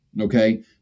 Okay